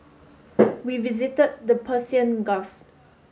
we visited the Persian Gulf